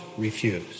refuse